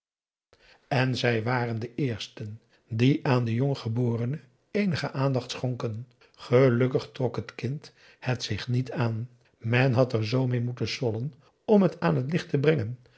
en zij waren de eersten die aan den jonggeborene eenige aandacht schonken gelukkig trok t kind het zich niet aan men had er zoo meê moeten sollen om het aan het licht te brengen